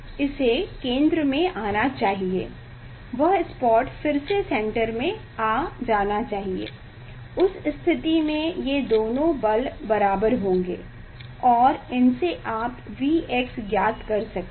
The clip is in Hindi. इसे केंद्र में आना चाहिए वह स्पॉट फिर से सेंटर में आ जाना चाहिए उस स्थिति में ये दोनों बल बराबर होंगे और इनसे आप Vx ज्ञात कर सकते हैं